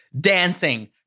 Dancing